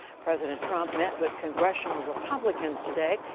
president trump met with congressional republicans today,